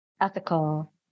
ethical